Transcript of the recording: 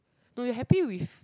no you happy with